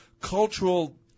cultural